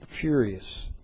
furious